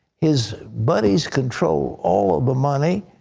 his buddies control all of the money.